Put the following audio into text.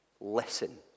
Listen